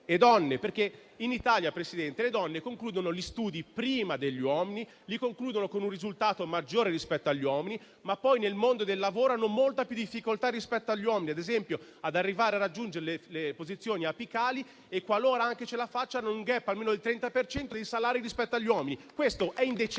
in Italia le donne concludono gli studi prima degli uomini, e li concludono con un risultato migliore rispetto agli uomini; ma poi, nel mondo del lavoro, hanno molta più difficoltà rispetto agli uomini, ad esempio ad arrivare a raggiungere le posizioni apicali. Ed anche qualora ce la facciano, resta un *gap*, almeno del 30 per cento, nei salari rispetto agli uomini: questo è indecente.